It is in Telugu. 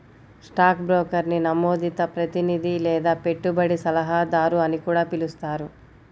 స్టాక్ బ్రోకర్ని నమోదిత ప్రతినిధి లేదా పెట్టుబడి సలహాదారు అని కూడా పిలుస్తారు